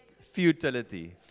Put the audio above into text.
futility